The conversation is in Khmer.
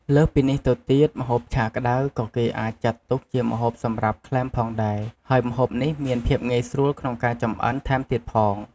លើសពីនេះទៅទៀតម្ហូបឆាក្តៅក៏គេអាចចាត់ទុកជាម្ហូបសម្រាប់ក្លែមផងដែរ ហើយម្ហូបនេះមានភាពងាយស្រួលក្នុងការចម្អិនថែមទៀតផង។